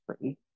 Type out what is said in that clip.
free